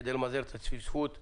כדי למזער את הצפיפות בתחנות.